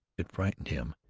it frightened him,